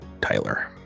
Tyler